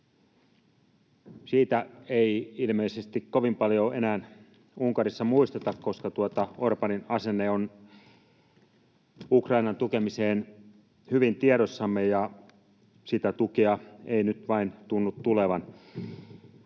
Sitä ei ilmeisesti kovin paljon enää Unkarissa muisteta, koska Orbánin asenne Ukrainan tukemiseen on hyvin tiedossamme, ja sitä tukea ei nyt vain tunnu tulevan.